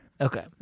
Okay